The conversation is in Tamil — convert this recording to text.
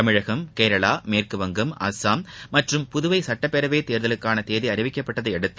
தமிழகம் கேரளா மேற்குவங்கம் அஸ்ஸாம் மற்றும் புதுவை சட்டப்பேரவைத் தேர்தலுக்கான தேதி அறிவிக்கப்பட்டதை அடுத்து